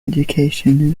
education